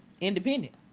Independent